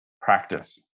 practice